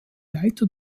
leiter